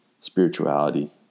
spirituality